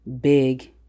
big